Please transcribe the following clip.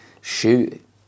shoot